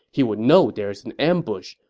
he would know there's an ambush.